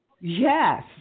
Yes